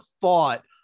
thought